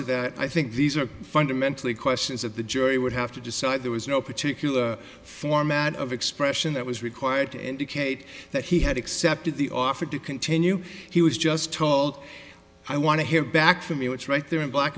to that i think these are fundamentally questions of the jury would have to decide there was no particular format of expression that was required to indicate that he had accepted the offer to continue he was just told i want to hear back from me what's right there in black